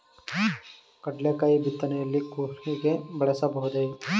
ಕಡ್ಲೆಕಾಯಿ ಬಿತ್ತನೆಯಲ್ಲಿ ಕೂರಿಗೆ ಬಳಸಬಹುದೇ?